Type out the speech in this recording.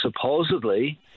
supposedly